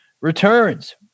returns